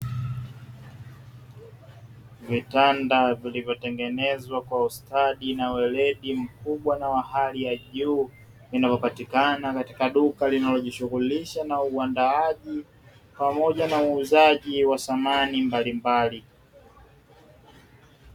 Vitanda vilivyotengenezwa kwa ustadi na weredi mkubwa na wa hali ya juu, vinavyopatikana katika duka linalojishughulisha na uandaaji pamoja na uuzaji wa samani mbalimbali.